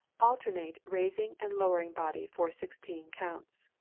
alternate raising and lowering body for sixteen counts.